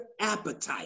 appetite